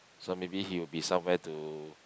so maybe he will be somewhere to